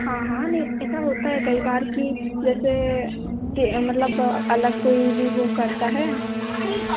हाँ हाँ नहीं ऐसा होता है कई बार कि जैसे मतलब अलग कोई भी वो करता है